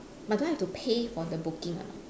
but do I have to pay for the booking or not